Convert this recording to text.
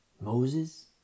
Moses